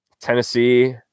Tennessee